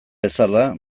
bezala